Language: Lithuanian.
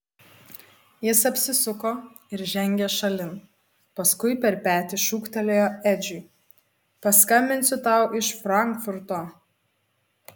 jis apsisuko ir žengė šalin paskui per petį šūktelėjo edžiui paskambinsiu tau iš frankfurto